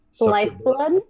lifeblood